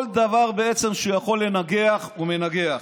כל דבר בעצם שהוא יכול לנגח הוא מנגח.